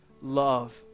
love